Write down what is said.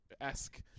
esque